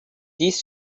this